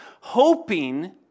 hoping